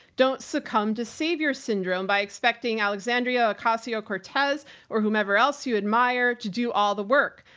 don't succumb to savior syndrome by expecting alexandria ocasio cortez or whomever else you admire to do all the work.